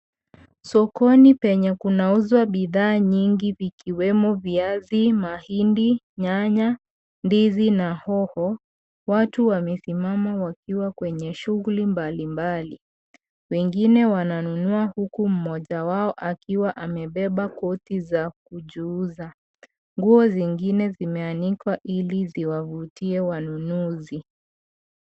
Sokoni penye kunauzwa bidhaa nyingi, vikiwemo viazi, mahindi, nyanya, ndizi na hoho watu wamesimama wakiwa kwenye shughuli mbalimbali, wengine wananunua huku mmoja wao akiwa amebeba koti za kuuza, nguo zingine zimeanikwa ili ziwavutie wanunuzi.